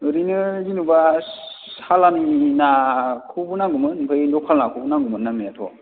ओरैनो जेन'बा सालाननि ना खौबो नांगौ मोन ओमफ्राय लकेल नाखौबो नांगौमोन नांनाया थ'